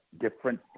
different